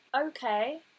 Okay